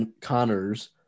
Connors